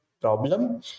problem